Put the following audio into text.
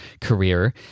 career